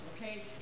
okay